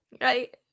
right